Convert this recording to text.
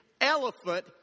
elephant